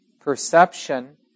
perception